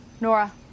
Nora